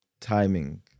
timing